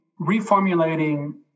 reformulating